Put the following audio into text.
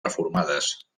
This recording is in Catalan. reformades